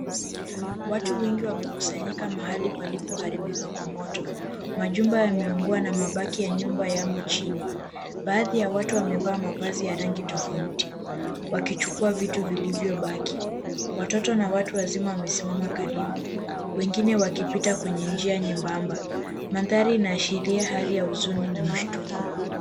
Watu wengi wamekusanyika mahali palipoharibika kwa moto. Majumba yameungua na mabaki ya nyumba yamo chini. Baadhi ya watu wamevaa mavazi ya rangi tofauti, wakichukua vitu vilivyo baki. Watoto na watu wazima wamesimama karibu. Wengine wakipita kwenye njia nyembamba. Mandhari inaashiria hali ya huzuni na mshtuko.